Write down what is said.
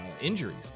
injuries